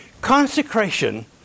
Consecration